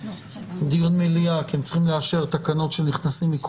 מכיוון שאתם לא נתתם תשובות שהתבקשתם לתת על דברים אחרים.